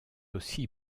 aussi